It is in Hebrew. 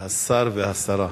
השר והשרה,